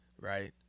Right